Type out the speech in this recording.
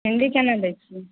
इमली केना दै छियै